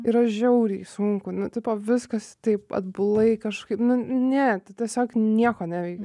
yra žiauriai sunku nu tipo viskas taip atbulai kažkaip nu ne tiesiog nieko neveikiau